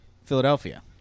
philadelphia